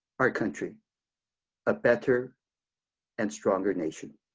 our country a better and stronger nation.